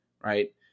right